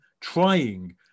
trying